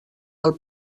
del